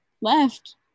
left